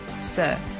Sir